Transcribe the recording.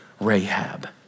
Rahab